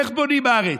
איך בונים ארץ?